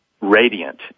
radiant